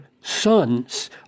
sons